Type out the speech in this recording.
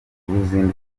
uruzinduko